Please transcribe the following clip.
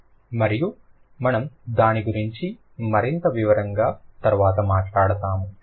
మరియు మనము దాని గురించి మరింత వివరంగా తరువాత మాట్లాడుతాము